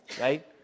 right